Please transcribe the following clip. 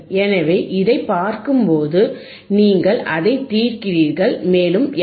எனவே இதைப் பார்க்கும்போது நீங்கள் அதைத் தீர்க்கிறீர்கள் மேலும் எஃப்